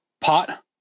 pot